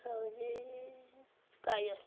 ଆଉଚି କାୟର